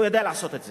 הוא יודע לעשות את זה.